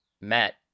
Matt